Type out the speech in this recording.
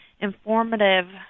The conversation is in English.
informative